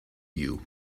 you